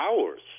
hours